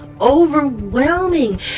overwhelming